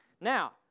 Now